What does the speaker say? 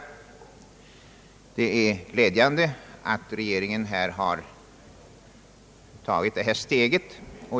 Det är glädjande att regeringen har tagit detta steg.